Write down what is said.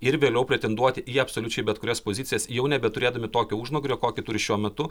ir vėliau pretenduoti į absoliučiai bet kurias pozicijas jau nebeturėdami tokio užnugario kokį turi šiuo metu